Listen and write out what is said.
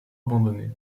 abandonnés